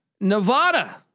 Nevada